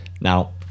now